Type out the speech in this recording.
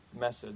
message